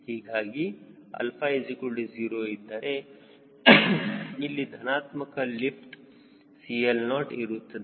ಹೀಗಾಗಿ 𝛼 0 ಇದ್ದರೆ ಅಲ್ಲಿ ಧನಾತ್ಮಕ ಲಿಫ್ಟ್ CL0 ಇರುತ್ತದೆ